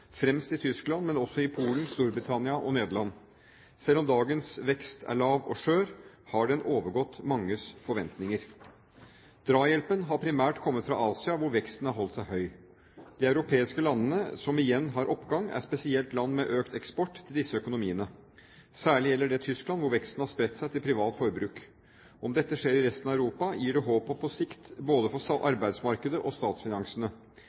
fremst i Tyskland, men også i Polen, Storbritannia og Nederland. Selv om dagens vekst er lav og skjør, har den overgått manges forventninger. Drahjelpen har primært kommet fra Asia hvor veksten har holdt seg høy. De europeiske landene som igjen har oppgang, er spesielt land med økt eksport til disse økonomiene. Særlig gjelder det Tyskland hvor veksten har spredt seg til privat forbruk. Om dette skjer i resten av Europa, gir det håp på sikt både for arbeidsmarkedet og statsfinansene.